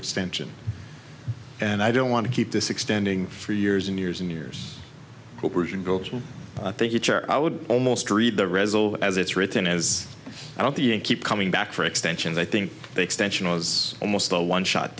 extension and i don't want to keep this extending for years and years and years ago i think it i would almost read the resolution as it's written as i don't the keep coming back for extensions i think they extension was almost a one shot